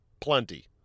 plenty